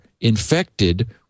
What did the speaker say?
infected